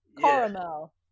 caramel